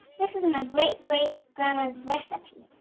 this is my great, great, grandma's recipe.